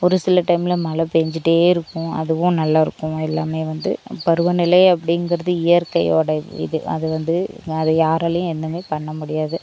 ஒருசில டைமில் மழை பெஞ்சிட்டே இருக்கும் அதுவும் நல்லாயிருக்கும் எல்லாமே வந்து பருவநிலை அப்படிங்கிறது இயற்கையோடய இது அதுவந்து அதை யாராலேயும் எதுவுமே பண்ண முடியாது